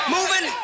Moving